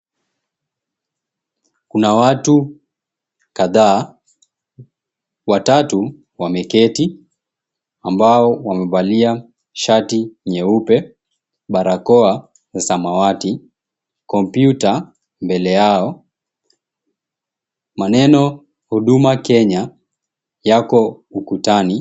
Kuna watu, kadhaa, watatu wameketi, ambao wamevalia shati nyeupe, barakoa za samawati, kompyuta mbele yao, maneno Huduma Kenya yako ukutani.